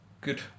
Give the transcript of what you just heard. good